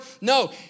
No